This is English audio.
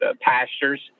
Pastures